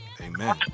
Amen